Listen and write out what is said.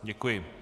Děkuji.